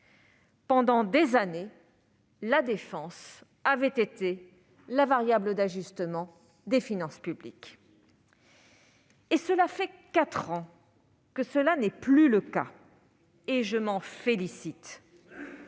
Pendant des années, la défense avait été la variable d'ajustement des finances publiques. Voilà maintenant quatre ans que ce n'est plus le cas, et je m'en félicite.